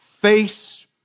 face